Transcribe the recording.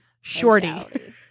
Shorty